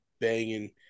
banging